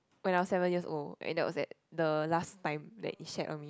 when I was seven years old and that was it the last time that he sat on me